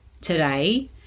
today